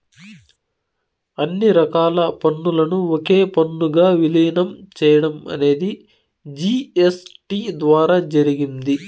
అన్ని రకాల పన్నులను ఒకే పన్నుగా విలీనం చేయడం అనేది జీ.ఎస్.టీ ద్వారా జరిగింది